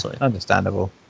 understandable